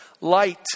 light